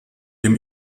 dem